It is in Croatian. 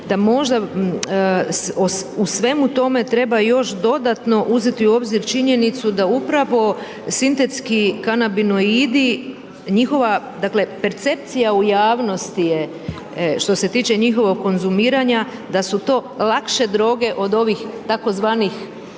da možda u svemu tome treba još dodatno uzeti u obzir činjenicu da upravo sintetski kanabinoidi, njihova dakle percepcija u javnosti je što se tiče njihovog konzumiranja da su to lakše droge od ovih tzv.